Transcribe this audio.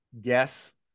guess